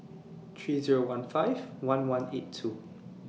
three Zero one five one one eight two